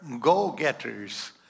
go-getters